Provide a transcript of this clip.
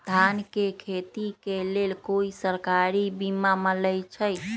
धान के खेती के लेल कोइ सरकारी बीमा मलैछई?